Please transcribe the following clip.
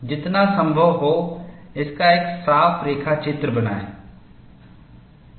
जितना संभव हो इसका एक साफ रेखाचित्र बनाएं